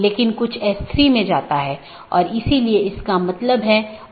क्योंकि जब यह BGP राउटर से गुजरता है तो यह जानना आवश्यक है कि गंतव्य कहां है जो NLRI प्रारूप में है